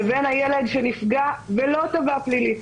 לבין הילד שנפגע ולא תבע פלילית.